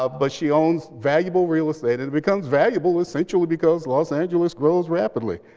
ah but she owns valuable real estate and becomes valuable essentially because los angeles grows rapidly.